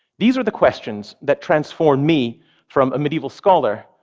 these are the questions that transformed me from a medieval scholar,